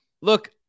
Look